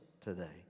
today